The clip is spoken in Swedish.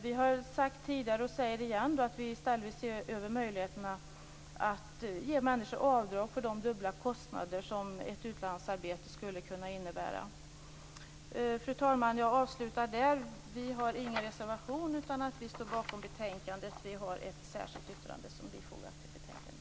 Vi har tidigare sagt, och säger igen, att vi i stället vill se över möjligheterna att ge människor avdrag för de dubbla kostnader som ett utlandsarbete skulle kunna innebära. Fru talman! Jag avslutar med det. Vi har ingen reservation. Vi står bakom hemställan i betänkandet. Vi har ett särskilt yttrande som är fogat till betänkandet.